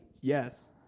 Yes